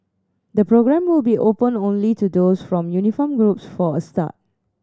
the programme will be open only to those from uniformed groups for a start